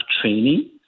training